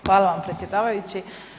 Hvala vam predsjedavajući.